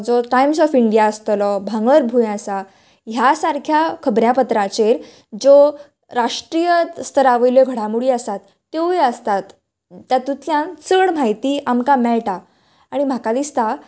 जो Times of India आसतलो भांगरभूंय आसा ह्या सारक्या खबऱ्या पत्रांचेर ज्यो राष्ट्रिय स्थरावयल्यो घडामोडी आसात त्योवूय आसतात तातूंतल्यान चड म्हायती आमकां मेळटा आनी म्हाका दिसता